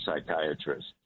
psychiatrist